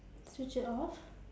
switch it off